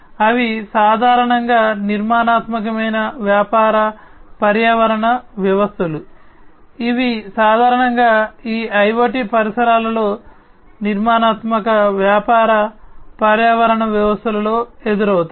అవి సాధారణంగా నిర్మాణాత్మకమైన వ్యాపార పర్యావరణ వ్యవస్థలు ఇవి సాధారణంగా ఈ IoT పరిసరాలలో నిర్మాణాత్మక వ్యాపార పర్యావరణ వ్యవస్థలలో ఎదురవుతాయి